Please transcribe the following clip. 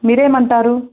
మీరు ఏమంటారు